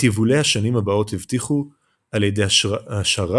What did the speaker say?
את יבולי השנים הבאות הבטיחו על ידי השארת